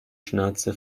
schnauze